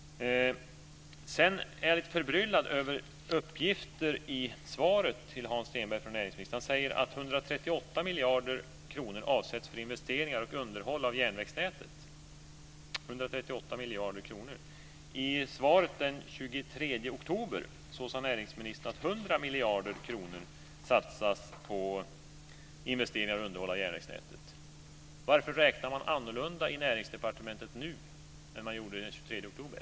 Jag är vidare förbryllad över uppgifter i svaret från näringsministern till Hans Stenberg. Han säger att 138 miljarder kronor avsätts för investeringar och underhåll av järnvägsnätet. I svaret den 23 oktober sade näringsministern att 100 miljarder satsas på investeringar och underhåll av järnvägsnätet. Varför räknar man nu annorlunda i Näringsdepartementet än man gjorde den 23 oktober?